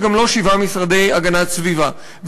וגם לא שבעה משרדי הגנת הסביבה,